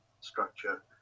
structure